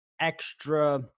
extra